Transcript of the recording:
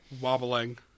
wobbling